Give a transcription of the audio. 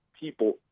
people